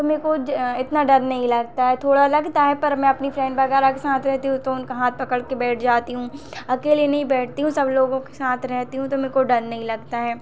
तो मुझको ज इतना डर नहीं लगता है थोड़ा लगता है पर मैं अपनी फ्रेंड वगैरह के साथ रहती हूँ तो उनका हाथ पकड़ कर बैठ जाती हूँ अकेले नहीं बैठती हूँ सब लोगों के साथ रहती हूँ तो मुझको डर नहीं लगता है